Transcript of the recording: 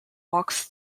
walks